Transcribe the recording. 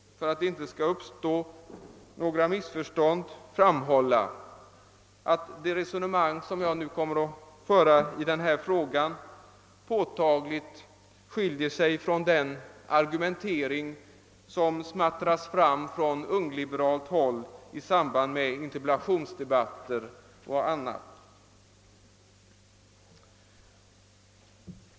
För att det inte skall uppstå några missförstånd vill jag framhålla att det resonemang jag för i denna fråga påtagligt skiljer sig från den argumentering som smattras fram från ungliberalt håll under interpellationsdebatter och annat.